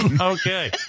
Okay